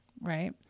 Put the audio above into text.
right